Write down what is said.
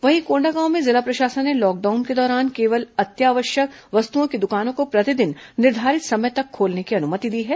वहीं कोंडागांव में जिला प्रशासन ने लॉकडाउन के दौरान केवल आवश्यक वस्तुओं की दुकानों को प्रतिदिन निर्धारित समय तक खोलने की अनुमति दी है